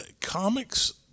Comics